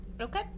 Okay